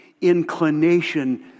inclination